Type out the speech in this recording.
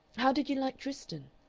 how did you like tristan?